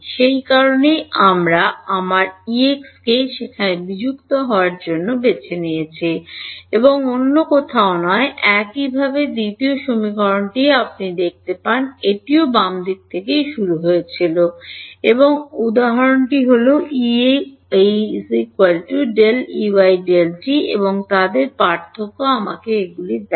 সে কারণেই আমি আমার Exকে সেখানে বিযুক্ত হওয়ার জন্য বেছে নিয়েছি এবং অন্য কোথাও নয় একইভাবে দ্বিতীয় সমীকরণটি আপনি দেখতে পান এটি বাম দিকে শুরু হয়েছিল এবং এবং তাদের পার্থক্য আমাকে এগুলি দেয়